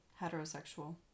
heterosexual